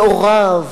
מעורב,